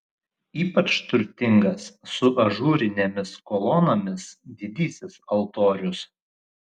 ypač turtingas su ažūrinėmis kolonomis didysis altorius